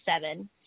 seven